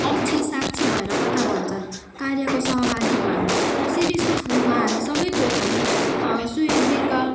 अक्षी साक्षी भएर कथा भन्छन् कार्यको सहभागी भएर शिरीषको फुलमा हामी सबै थोक हामी सुयोगवीरका